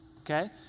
okay